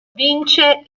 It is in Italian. vince